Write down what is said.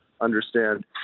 understand